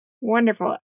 Wonderful